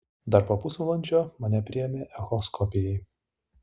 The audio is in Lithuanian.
dar po pusvalandžio mane priėmė echoskopijai